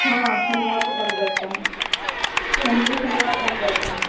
हाँ शनिवार को बंद रहता है संडे शनिवार बंद रहता है